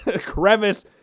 crevice